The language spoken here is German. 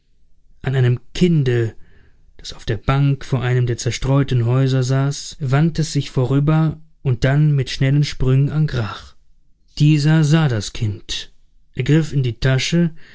an einem kinde das auf der bank vor einem der zerstreuten häuser saß wand es sich vorüber und dann mit schnellen sprüngen an grach dieser sah das kind er griff in die tasche